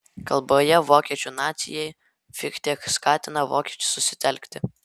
kalboje vokiečių nacijai fichtė skatina vokiečius susitelkti